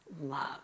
love